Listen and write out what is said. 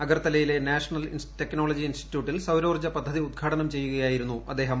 അഗർത്തലയിലെ national technology ഇൻസ്റ്റിറ്റ്യൂട്ടിൽ സൌരോർജ്ജ പദ്ധതി ഉദ്ഘാടനം ചെയ്യുകയായിരുന്നു അദ്ദേഹം